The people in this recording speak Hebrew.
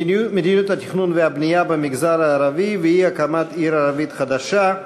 מדיניות התכנון והבנייה במגזר הערבי ואי-הקמת עיר ערבית חדשה.